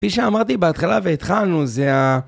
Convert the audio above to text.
כפי שאמרתי בהתחלה והתחלנו זה ה...